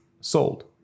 sold